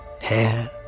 hair